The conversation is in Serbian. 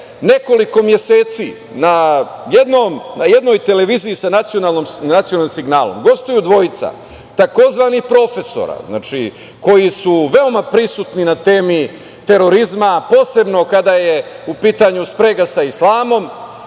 nekoliko meseci, na jednoj televiziji sa nacionalnim signalom, gostuju dvojica, tzv. profesora, znači, koji su veoma prisutni na temi terorizma, posebno kada je u pitanju sprega sa islamom.